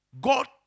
God